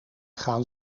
gaan